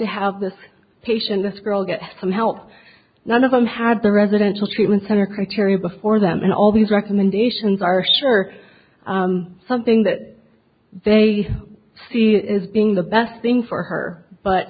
to have this patient this girl get some help none of them had the residential treatment center criteria before them and all these recommendations are sure something that they see as being the best thing for her but